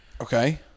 Okay